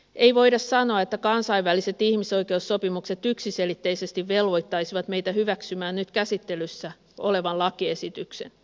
ei voida sanoa että kansainväliset ihmisoi keussopimukset yksiselitteisesti velvoittaisivat meitä hyväksymään nyt käsittelyssä olevan lakiesityksen